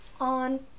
on